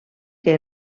que